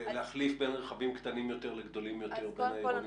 להחליף בין רכבים קטנים יותר לגדולים יותר בין העירוני